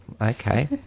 okay